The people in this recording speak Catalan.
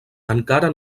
encara